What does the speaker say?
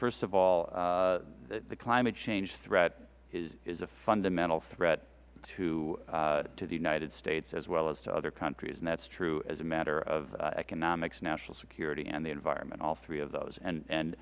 first of all the climate change threat is a fundamental threat to the united states as well as to other countries and that is true as a matter of economics national security and the environment all three of those and